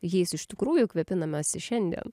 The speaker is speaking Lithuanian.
jais iš tikrųjų kvepinamasi šiandien